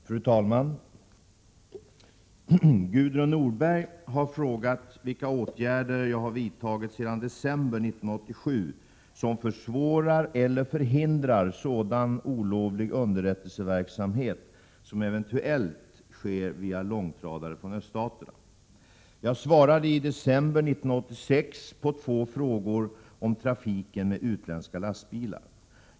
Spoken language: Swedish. Fru talman! Gudrun Norberg har frågat vilka åtgärder jag har vidtagit sedan december 1987 som försvårar eller förhindrar sådan olovlig underrättelseverksamhet som eventuellt sker via långtradare från öststaterna. Jag svarade i december 1986 på två frågor om trafiken med utländska lastbilar.